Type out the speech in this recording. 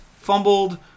fumbled